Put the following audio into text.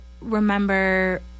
remember